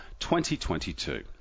2022